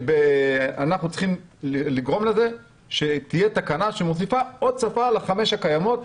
אנחנו צריכים לגרום לזה שתהיה תקנה שמוסיפה עוד שפה לחמש השפות הקיימות.